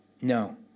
No